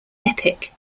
epic